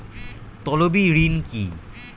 তলবি ঋন কি?